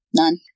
none